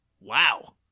Wow